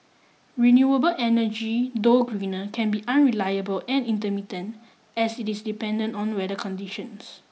renewable energy though greener can be unreliable and intermittent as it is dependent on weather conditions